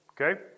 Okay